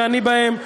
ואני בהם.